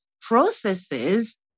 processes